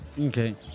Okay